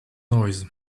noise